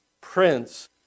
Prince